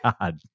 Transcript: God